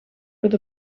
where